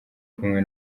kumwe